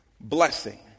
blessing